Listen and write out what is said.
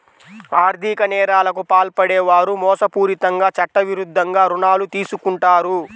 ఆర్ధిక నేరాలకు పాల్పడే వారు మోసపూరితంగా చట్టవిరుద్ధంగా రుణాలు తీసుకుంటారు